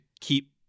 keep